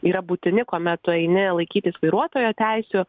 yra būtini komet tu eini laikytis vairuotojo teisių